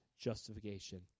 justification